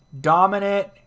Dominant